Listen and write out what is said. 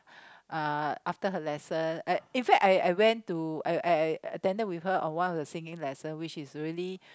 uh after her lesson in fact I I went to I I attended with her on one of the singing lesson which is really